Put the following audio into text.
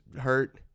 hurt